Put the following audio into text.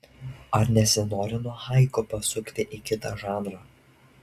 ar nesinori nuo haiku pasukti į kitą žanrą